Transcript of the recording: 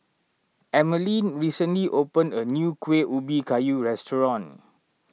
Emmaline recently opened a new Kuih Ubi Kayu restaurant